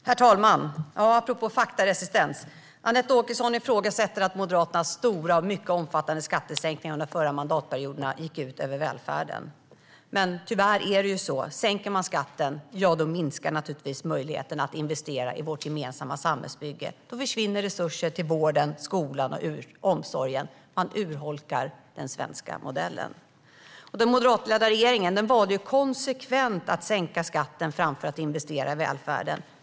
Herr talman! Apropå faktaresistens: Anette Åkesson ifrågasätter att Moderaternas mycket omfattande skattesänkningar under de förra mandatperioderna gick ut över välfärden. Men tyvärr är det så: Sänker man skatten minskar naturligtvis möjligheten att investera i vårt gemensamma samhällsbygge. Då försvinner resurser till vården, skolan och omsorgen. Man urholkar den svenska modellen. Den moderatledda regeringen valde konsekvent att sänka skatten framför att investera i välfärden.